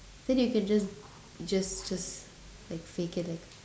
then you can just just just like fake it right